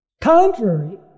Contrary